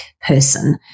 person